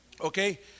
Okay